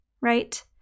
right